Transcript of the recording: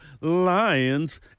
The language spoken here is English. Lions